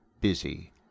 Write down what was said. busy